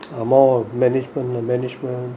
ugh more management lah management